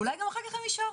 אולי זה יגרום להן גם להישאר.